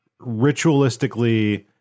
ritualistically